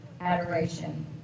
adoration